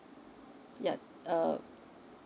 yeah uh